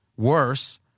Worse